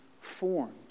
formed